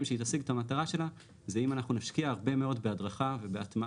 שהיא תשיג את המטרה שלה זה אם אנחנו נשקיע הרבה מאוד בהדרכה ובהטמעה.